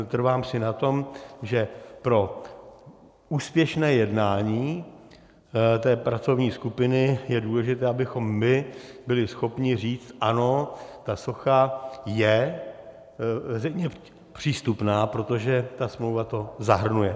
A trvám si na tom, že pro úspěšné jednání pracovní skupiny je důležité, abychom byli schopni říct ano, ta socha je veřejně přístupná, protože ta smlouva to zahrnuje.